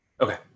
Okay